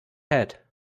head